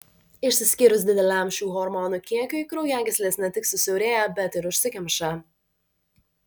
išsiskyrus dideliam šių hormonų kiekiui kraujagyslės ne tik susiaurėja bet ir užsikemša